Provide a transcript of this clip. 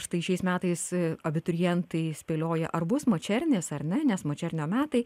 štai šiais metais abiturientai spėlioja ar bus mačernis ar ne nes mačernio metai